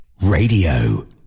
Radio